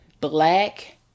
black